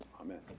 Amen